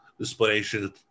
explanation